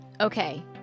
Okay